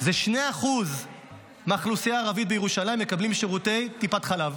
2% מהאוכלוסייה הערבית בירושלים מקבלים שירותי טיפת חלב.